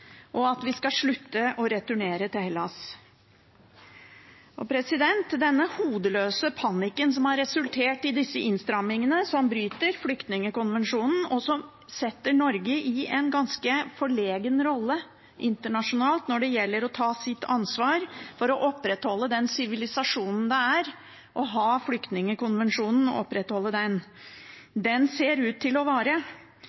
og at vi skal slutte å returnere til Hellas. Denne hodeløse panikken som har resultert i disse innstrammingene som bryter flyktningkonvensjonen, setter Norge i en ganske forlegen rolle internasjonalt når det gjelder å ta sitt ansvar for å opprettholde den sivilisasjonen det er å ha flyktningkonvensjonen og opprettholde den. Den ser ut til å